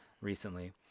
Recently